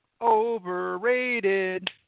Overrated